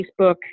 Facebook